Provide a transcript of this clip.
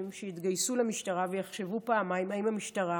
שיתגייסו למשטרה ויחשבו פעמיים: האם המשטרה